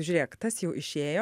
žiūrėk tas jau išėjo